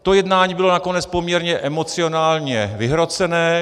To jednání bylo nakonec poměrně emocionálně vyhrocené.